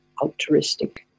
Altruistic